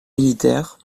militaires